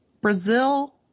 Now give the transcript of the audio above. Brazil